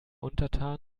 untertan